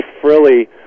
frilly